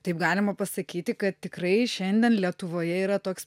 taip galima pasakyti kad tikrai šiandien lietuvoje yra toks